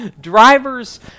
drivers